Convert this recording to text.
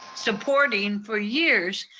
supporting for years,